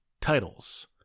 titles